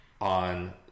on